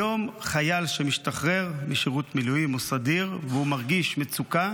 היום חייל שמשתחרר משירות מילואים או סדיר והוא מרגיש מצוקה,